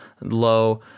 low